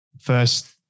first